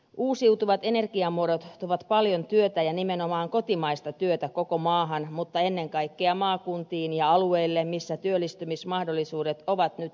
uusiutuvat energiamuodot tuovat paljon työtä ja nimenomaan kotimaista työtä koko maahan mutta ennen kaikkea maakuntiin ja alueille missä työllistymismahdollisuudet ovat nyt heikoimpia